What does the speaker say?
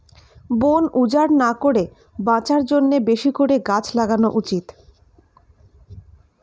বন উজাড় না করে বাঁচার জন্যে বেশি করে গাছ লাগানো উচিত